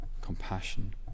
compassion